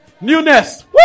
newness